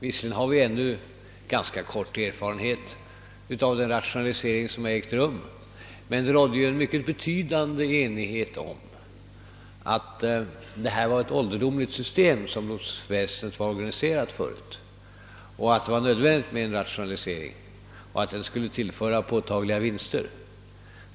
Visserligen har vi ännu ganska kort erfarenhet av den rationalisering som ägt rum, men det rådde en mycket betydande enighet om att lotsväsendets tidigare organisation var ålderdomlig och att en nödvändig rationalisering skulle medföra påtagliga vinster.